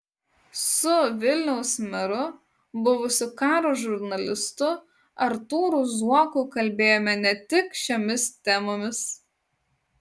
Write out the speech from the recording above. su vilniaus meru buvusiu karo žurnalistu artūru zuoku kalbėjome ne tik šiomis temomis